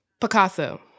Picasso